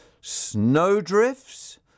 snowdrifts